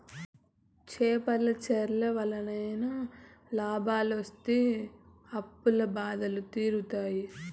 చేపల చెర్ల వల్లనైనా లాభాలొస్తి అప్పుల బాధలు తీరుతాయి